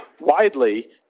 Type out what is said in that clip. widely